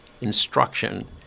instruction